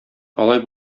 алай